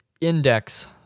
index